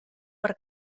per